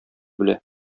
белә